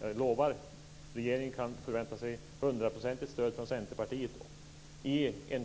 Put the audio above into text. Jag lovar att regeringen kan förvänta sig ett 100-procentigt stöd från Centerpartiet